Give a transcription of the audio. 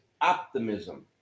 optimism